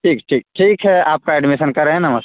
ठीक ठीक ठीक है आपका एडमिशन कर रहे हैं नमस्ते